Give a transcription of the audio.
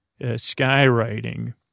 skywriting